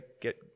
get